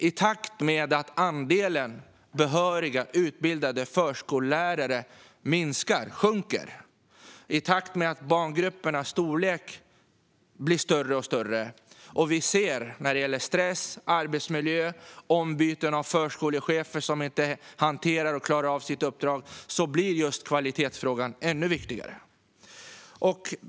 I takt med att andelen behöriga, utbildade förskollärare sjunker och barngrupperna blir större och större, och mot bakgrund av stress, arbetsmiljöfrågor och utbyte av förskolechefer som inte klarar av sitt uppdrag, är det helt klart att kvalitetsfrågan blir ännu viktigare.